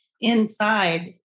inside